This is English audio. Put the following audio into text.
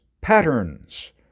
Patterns